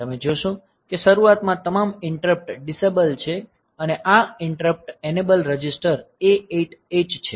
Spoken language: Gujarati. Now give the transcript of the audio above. તમે જોશો કે શરૂઆતમાં તમામ ઈંટરપ્ટ ડિસેબલ છે અને આ ઈંટરપ્ટ એનેબલ રજીસ્ટર A8H છે